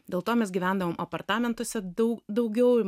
dėl to mes gyvendavom apartamentuose daug daugiau